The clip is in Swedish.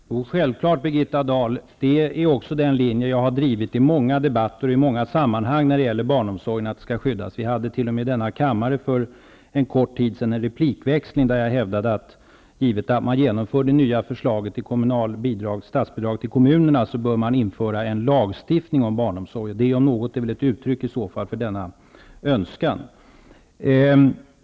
Herr talman! Jo, det är självklart, Birgitta Dahl. Det är också den linje jag har drivit i många debat ter och i många sammanhang när det gäller barn omsorgen, att barnen skall skyddas. Vi hade t.o.m. i denna kammare för kort tid sedan en re plikväxling där jag hävdade, att givet att man ge nomför det nya förslaget till statsbidrag till kom munerna bör man införa en lagstiftning om barn omsorg. Det om något är väl ett uttryck för denna önskan.